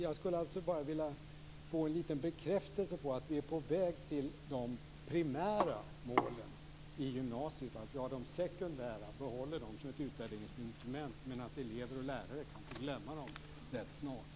Jag skulle vilja få en liten bekräftelse på att vi är på väg till de primära målen i gymnasiet. De sekundära behåller vi som ett utvärderingsinstrument, men elever och lärare kan glömma dem rätt snart.